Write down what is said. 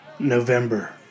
november